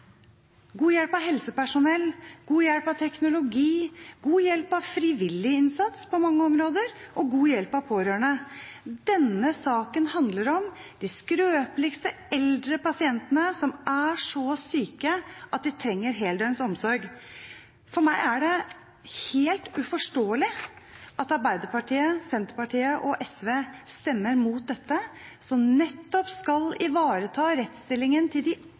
god hjelp av helsepersonell, god hjelp av teknologi, god hjelp av frivillig innsats på mange områder og god hjelp av pårørende. Denne saken handler om de skrøpeligste eldre pasientene som er så syke at de trenger heldøgns omsorg. For meg er det helt uforståelig at Arbeiderpartiet, Senterpartiet og SV stemmer mot dette, som nettopp skal ivareta rettsstillingen til de